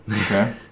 Okay